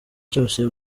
cyose